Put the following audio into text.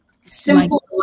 simple